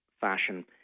fashion